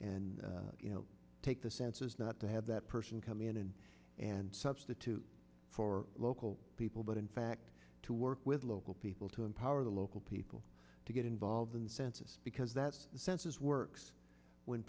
you know take the census not to have that person come in and substitute for local people but in fact to work with local people to empower the local people to get involved in census because that's the census works when